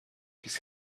his